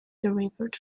derived